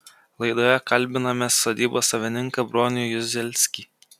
laidoje kalbiname sodybos savininką bronių juzelskį